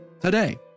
today